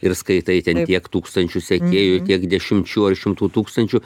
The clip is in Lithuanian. ir skaitai ten tiek tūkstančių sekėjų tiek dešimčių ar šimtų tūkstančių